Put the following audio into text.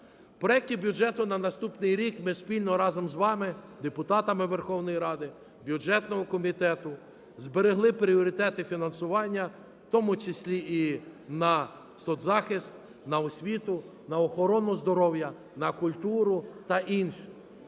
проекті бюджету на наступний рік ми спільно разом з вами, депутатами Верховної Ради, бюджетного комітету, зберегли пріоритети фінансування, в тому числі і на соцзахист, на освіту, на охорону здоров'я, на культуру та інше.